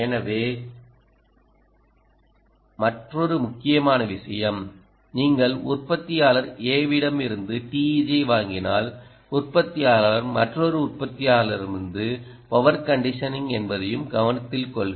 எனவே மற்றொரு முக்கியமான விஷயம் நீங்கள் உற்பத்தியாளர் a வி டமிருந்து TEG ஐ வாங்கினால் உற்பத்தியாளர் மற்றொரு உற்பத்தியாளரிடமிருந்து பவர் கண்டிஷனிங் என்பதையும் கவனத்தில் கொள்க